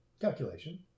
Calculation